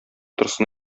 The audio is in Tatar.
торсын